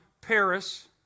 Paris